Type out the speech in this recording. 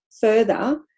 further